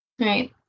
Right